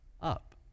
up